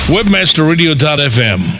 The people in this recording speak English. Webmasterradio.fm